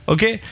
Okay